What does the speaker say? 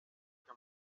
que